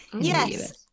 Yes